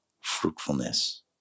fruitfulness